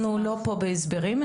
אנחנו לא פה בהסברים.